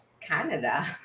Canada